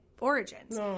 origins